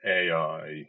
AI